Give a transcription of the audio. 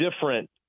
different